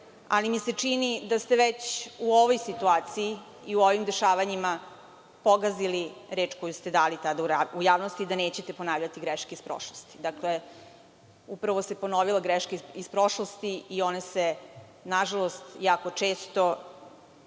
Čini mi se, da ste već u ovoj situaciji i u ovim dešavanjima pogazili reč koju ste dali tada u javnosti, da nećete ponavljati greške iz prošlosti. Upravo se ponovila greška iz prošlosti i one se na žalost jako često